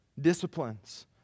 disciplines